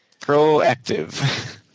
Proactive